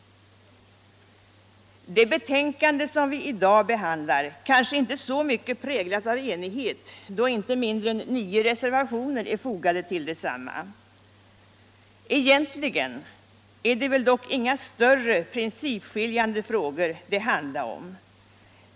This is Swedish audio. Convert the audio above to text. Det betänkande vi i dag behandlar kanske inte så mycket präglas av cnighet, då inte mindre än nio reservationer är fogade till detsamma. Egentligen är det väl dock inga större principskiljande frågor det handlar om.